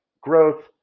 growth